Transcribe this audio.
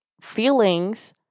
feelings